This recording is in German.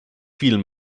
vielen